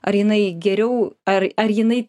ar jinai geriau ar ar jinai